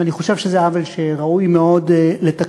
אני חושב שזה עוול שראוי מאוד לתקן,